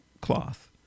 cloth